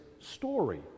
story